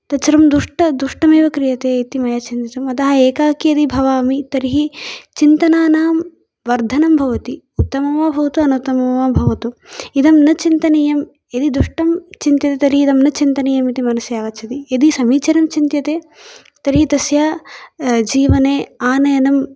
तत्सर्वं दुष्ट दुष्टमेव क्रियते इति मया चिन्तितम् अतः एकाकी यदि भवामि तर्हि चिन्तनानां वर्धनं भवति उत्तमं वा भवतु अनुत्तममं वा भवतु इदं न चिन्तनीयं यदि दुष्टं चिन्त्यते तर्हि इदं न चिन्तनीयम् इति मनसि आगच्छति यदि समीचीनं चिन्त्यते तर्हि तस्य जीवने आनयनं